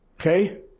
Okay